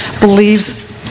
believes